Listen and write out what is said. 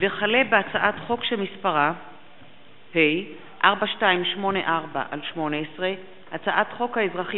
הצעת חוק איסור לשון הרע (תיקון,